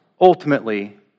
ultimately